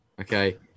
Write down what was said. Okay